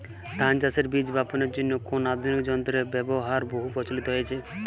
ধান চাষের বীজ বাপনের জন্য কোন আধুনিক যন্ত্রের ব্যাবহার বহু প্রচলিত হয়েছে?